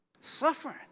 Suffering